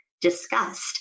discussed